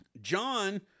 John